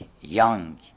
young